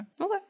Okay